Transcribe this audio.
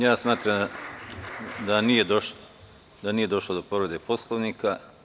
Ja smatram da nije došlo do povrede Poslovnika.